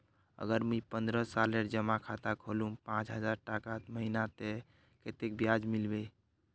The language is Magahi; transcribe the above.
अगर मुई पन्द्रोह सालेर जमा खाता खोलूम पाँच हजारटका महीना ते कतेक ब्याज मिलबे?